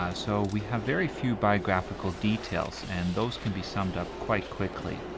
ah so we have very few biographical details, and those can be summed up quite quickly.